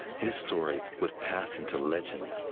his story would pass into legend.